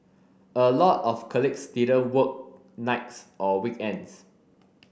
a lot of colleagues didn't work nights or weekends